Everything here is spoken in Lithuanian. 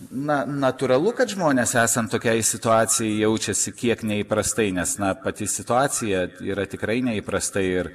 na natūralu kad žmonės esant tokiai situacijai jaučiasi kiek neįprastai nes na pati situacija yra tikrai neįprasta ir